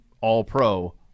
All-Pro